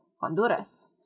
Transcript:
Honduras